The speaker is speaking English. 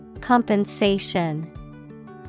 Compensation